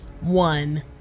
one